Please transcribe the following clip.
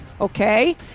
okay